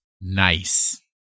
Nice